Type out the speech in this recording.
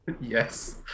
Yes